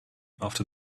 after